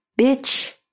bitch